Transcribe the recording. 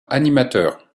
animateur